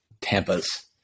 Tampa's